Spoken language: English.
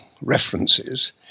references